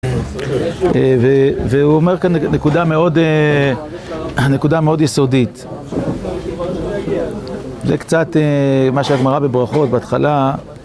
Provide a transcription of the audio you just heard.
והוא אומר כאן נקודה מאוד, נקודה מאוד יסודית זה קצת מה שהגמרה בברכות בהתחלה